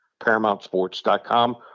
ParamountSports.com